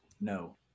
No